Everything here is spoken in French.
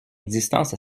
existence